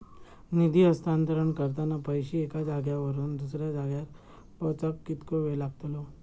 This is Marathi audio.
निधी हस्तांतरण करताना पैसे एक्या जाग्यावरून दुसऱ्या जाग्यार पोचाक कितको वेळ लागतलो?